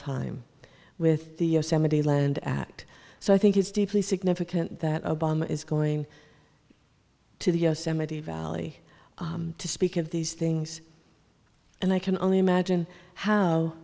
time with the yosemite land act so i think it's deeply significant that obama is going to the yosemite valley to speak of these things and i can only imagine how